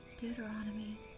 Deuteronomy